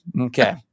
Okay